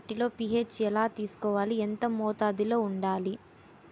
మట్టిలో పీ.హెచ్ ఎలా తెలుసుకోవాలి? ఎంత మోతాదులో వుండాలి?